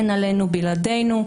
אין עלינו בלעדינו.